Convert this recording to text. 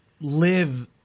live